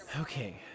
Okay